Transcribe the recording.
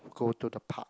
go to the park